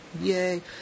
Yay